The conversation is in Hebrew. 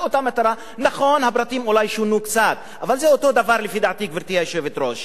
זאת רדיפה, זה ניסיון לרדוף